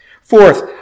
Fourth